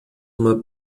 uma